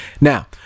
Now